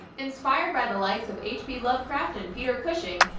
inspired by the likes of h. p. lovecraft and peter cushing,